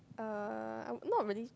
uh I'm not a really